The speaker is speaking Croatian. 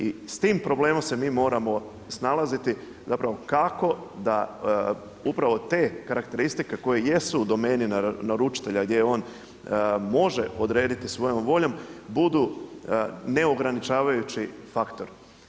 I s tim problemom se mi moramo snalaziti, zapravo kako da upravo te karakteristike koje jesu u domeni naručitelja gdje on može odrediti svojom voljom budu neograničavajući faktor.